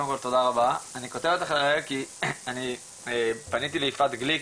כי אני פניתי ליפעת גליק,